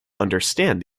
understand